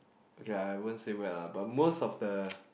okay lah I won't say bad lah but most of the